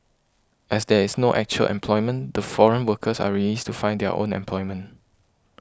as there is no actual employment the foreign workers are released to find their own employment